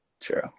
True